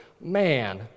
man